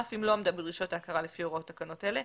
אף אם לא עמדה בדרישות ההכרה לפי הוראות תקנות אלה.